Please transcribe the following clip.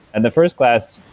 and the first class,